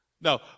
No